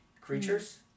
creatures